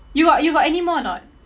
you got you got anymore or not